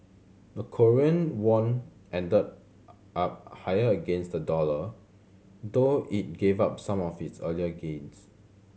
the Korean won ended up higher against the dollar though it give up some of its earlier gains